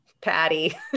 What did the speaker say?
Patty